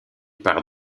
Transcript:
par